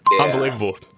Unbelievable